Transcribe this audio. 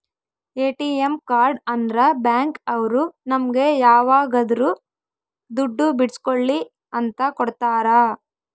ATM card ಅಂದ್ರ bank ಅವ್ರು ನಮ್ಗೆ ಯಾವಾಗದ್ರು ದುಡ್ಡು ಬಿಡ್ಸ್ಕೊಳಿ ಅಂತ ಕೊಡ್ತಾರ